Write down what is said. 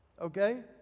okay